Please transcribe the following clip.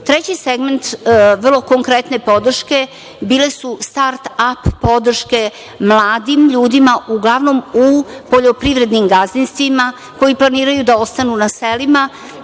segment vrlo konkretne podrške bili su „start ap“ podrške mladim ljudima uglavnom u poljoprivrednim gazdinstvima, koji planiraju da ostanu na selima